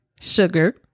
sugar